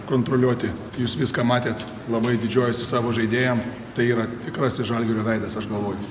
kontroliuoti jūs viską matėt labai didžiuojuosi savo žaidėjam tai yra tikrasis žalgirio veidas aš galvoju